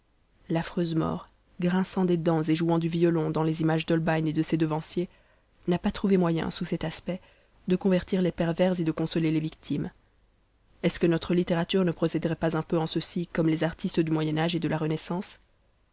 l'affreuse mort grinçant des dents et jouant du violon dans les images d'holbein et de ses devanciers n'a pas trouvé moyen sous cet aspect de convertir les pervers et de consoler les victimes est-ce que notre littérature ne procéderait pas un peu en ceci comme les artistes du moyen âge et de la renaissance